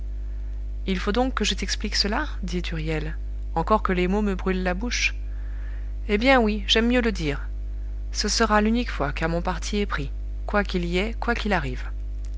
il faut donc que je t'explique cela dit huriel encore que les mots me brûlent la bouche eh bien oui j'aime mieux le dire ce sera l'unique fois car mon parti est pris quoi qu'il y ait quoi qu'il arrive